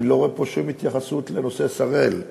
אני לא רואה פה שום התייחסות לנושא "שראל".